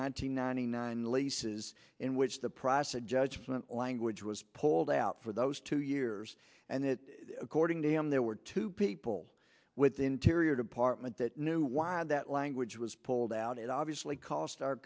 hundred ninety nine leases in which the process of judgment language was pulled out for those two years and that according to him there were two people with the interior department that knew why that language was pulled out it obviously cost our